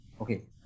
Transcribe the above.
Okay